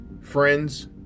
friends